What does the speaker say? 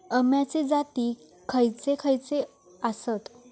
अम्याचे जाती खयचे खयचे आसत?